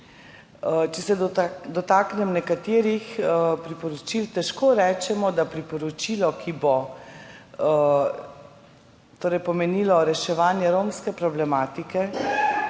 Če se dotaknem nekaterih priporočil. Težko rečemo, da je priporočilo, ki bo pomenilo reševanje romske problematike,